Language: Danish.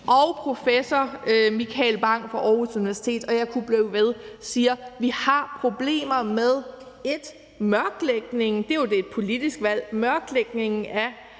og professor Michael Bang Petersen fra Aarhus Universitet – og jeg kunne blive ved – siger, at vi har problemer med mørklægningen,